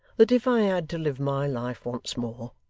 that if i had to live my life once more,